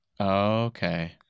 okay